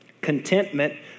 contentment